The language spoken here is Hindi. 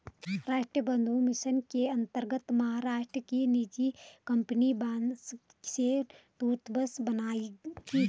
राष्ट्रीय बंबू मिशन के अंतर्गत महाराष्ट्र की निजी कंपनी बांस से टूथब्रश बनाएगी